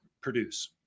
produce